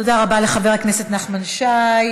תודה רבה לחבר הכנסת נחמן שי.